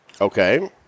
Okay